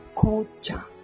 culture